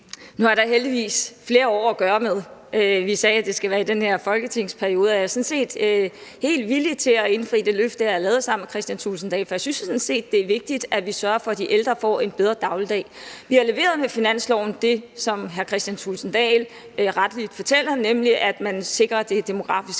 (SF): Nu er der heldigvis flere år at gøre godt med. Vi sagde, at det skulle være i den her folketingsperiode. Jeg er sådan set helt villig til at indfri det løfte, jeg lavede sammen med hr. Kristian Thulesen Dahl, for jeg synes sådan set, det er vigtigt, at vi sørger for, at de ældre får en bedre dagligdag. Vi har med finansloven leveret det, som hr. Kristian Thulesen Dahl rettelig fortæller, nemlig at man sikrer det demografiske